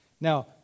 Now